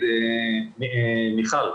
מיכל,